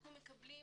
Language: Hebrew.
אנחנו מקבלים